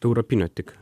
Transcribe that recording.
europinio tik